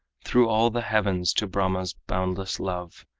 through all the heavens to brahma's boundless love.